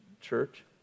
church